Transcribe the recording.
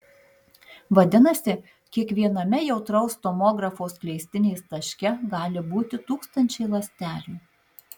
vadinasi kiekviename jautraus tomografo skleistinės taške gali būti tūkstančiai ląstelių